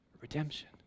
redemption